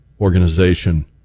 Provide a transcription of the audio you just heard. organization